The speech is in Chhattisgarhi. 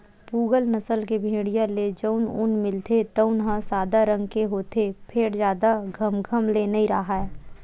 पूगल नसल के भेड़िया ले जउन ऊन मिलथे तउन ह सादा रंग के होथे फेर जादा घमघम ले नइ राहय